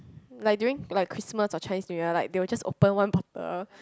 like during like Christmas or Chinese New Year like they will just open one bottle